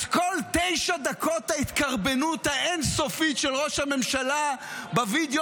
אז כל תשע דקות ההתקרבנות האין-סופית של ראש הממשלה בווידיאו